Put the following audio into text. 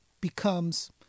becomes